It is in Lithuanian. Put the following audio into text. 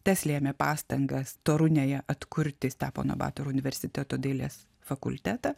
tas lėmė pastangas torunėje atkurti stepono batoro universiteto dailės fakultetą